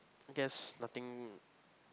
I guess nothing